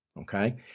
Okay